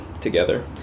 together